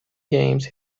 games